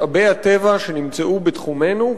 משאבי הטבע שנמצאו בתחומנו,